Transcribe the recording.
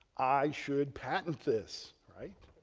i should patent this, right?